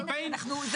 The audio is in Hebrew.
יש